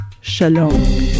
shalom